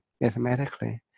mathematically